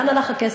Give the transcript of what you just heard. לאן הלך הכסף?